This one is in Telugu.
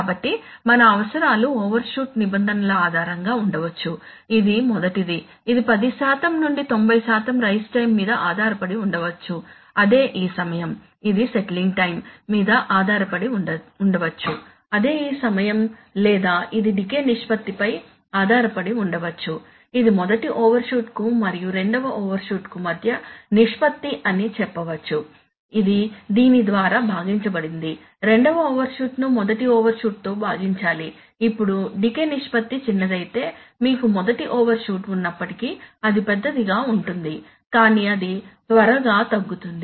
కాబట్టి మన అవసరాలు ఓవర్షూట్ నిబంధనల ఆధారంగా ఉండవచ్చు ఇది మొదటిది ఇది పది శాతం నుండి తొంభై శాతం రైస్ టైం మీద ఆధారపడి ఉండవచ్చుఅదే ఈ సమయం ఇది సెట్లింగ్ టైం మీద ఆధారపడి ఉండవచ్చు అదే ఈ సమయం లేదా ఇది డికే నిష్పత్తిపై ఆధారపడి ఉండవచ్చు ఇది మొదటి ఓవర్షూట్ కు మరియు రెండవ ఓవర్షూట్ కు మధ్య నిష్పత్తి అని చెప్పవచ్చు ఇది దీని ద్వారా భాగించబడింది రెండవ ఓవర్షూట్ ను మొదటి ఓవర్షూట్ తో భాగించాలి ఇప్పుడు డికే నిష్పత్తి చిన్నదైతే మీకు మొదటి ఓవర్షూట్ ఉన్నప్పటికీ అది పెద్దదిగా ఉంటుంది కానీ అది త్వరగా తగ్గుతుంది